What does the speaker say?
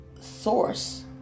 source